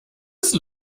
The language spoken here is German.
ist